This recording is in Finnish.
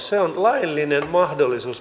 tämä on laaja asia